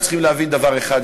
אנחנו צריכים להבין דבר אחד,